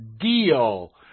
deal